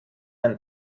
ein